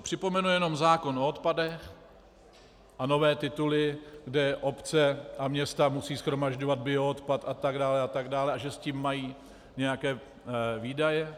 Připomenu jenom zákon o odpadech a nové tituly, kde obce a města musí shromažďovat bioodpad, a tak dále a tak dále, a že s tím mají nějaké výdaje.